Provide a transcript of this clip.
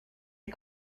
est